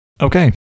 Okay